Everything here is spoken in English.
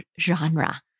genre